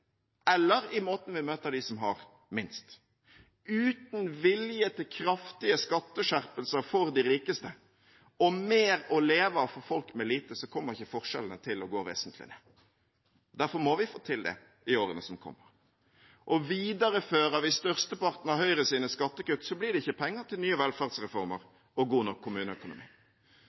eller måten vi møter dem som har minst, på. Uten vilje til kraftige skatteskjerpelser for de rikeste og mer å leve av for folk med lite kommer ikke forskjellene til å gå vesentlig ned. Derfor må vi få til det i årene som kommer. Viderefører vi størsteparten av Høyres skattekutt, blir det ikke penger til nye velferdsreformer og god nok kommuneøkonomi.